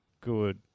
good